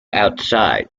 outside